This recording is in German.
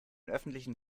öffentlichen